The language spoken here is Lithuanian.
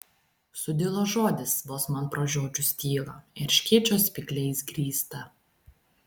sudilo žodis vos man pražiodžius tylą erškėčio spygliais grįstą